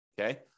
Okay